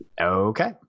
okay